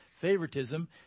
Favoritism